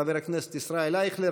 חבר הכנסת ישראל אייכלר,